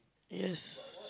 yes